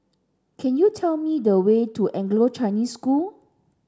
can you tell me the way to Anglo Chinese School